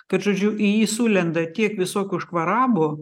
kad žodžiu į jį sulenda tiek visokių škvarabų